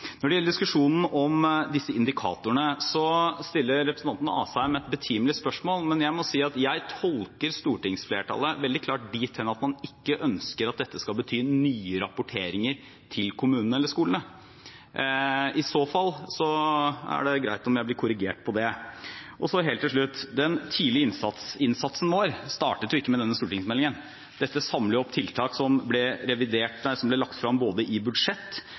Når det gjelder diskusjonen om disse indikatorene, stiller representanten Asheim et betimelig spørsmål, men jeg må si jeg tolker stortingsflertallet veldig klart dit hen at man ikke ønsker at dette skal bety nye rapporteringer til kommunene eller skolene. I så fall er det greit om jeg blir korrigert på det. Og så helt til slutt: Tidlig innsats-innsatsen vår startet jo ikke med denne stortingsmeldingen. Dette samler jo opp tiltak som er lagt frem i budsjett,